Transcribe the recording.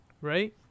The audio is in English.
right